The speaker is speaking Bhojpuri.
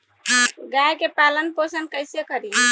गाय के पालन पोषण पोषण कैसे करी?